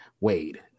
Wade